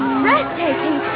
breathtaking